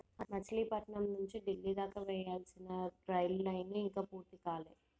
మచిలీపట్నం నుంచి డిల్లీ దాకా వేయాల్సిన రైలు లైను ఇంకా పూర్తి కాలే